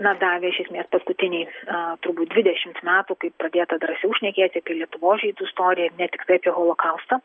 na davė iš esmės paskutiniai a turbūt dvidešimt metų kai pradėta drąsiau šnekėti lietuvos žydų istoriją ne tiktai apie holokaustą